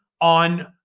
on